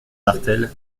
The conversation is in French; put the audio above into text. martels